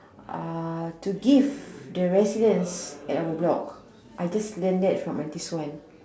uh to give the residents at our block I just learnt that from auntie suan